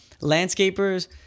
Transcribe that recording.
landscapers